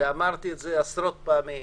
ואמרתי את זה עשרות פעמים